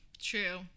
True